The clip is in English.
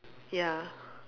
ya